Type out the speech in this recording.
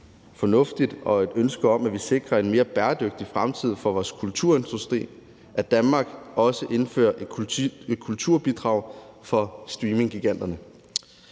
fornuftigt set ud fra et ønske om at sikre en mere bæredygtig fremtid for vores kulturindustri, at Danmark også indfører et kulturbidrag for streaminggiganterne.